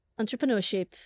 entrepreneurship